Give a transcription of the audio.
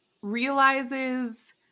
realizes